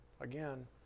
again